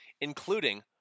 including